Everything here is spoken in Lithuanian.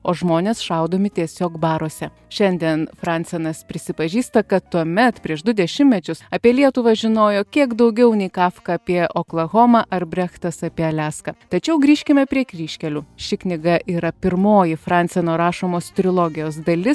o žmonės šaudomi tiesiog baruose šiandien fransenas prisipažįsta kad tuomet prieš du dešimtmečius apie lietuvą žinojo kiek daugiau nei kafka apie oklahomą ar brechtas apie aliaską tačiau grįžkime prie kryžkelių ši knyga yra pirmoji franseno rašomos trilogijos dalis